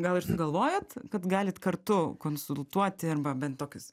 gal ir galvojot kad galit kartu konsultuoti arba bent tokius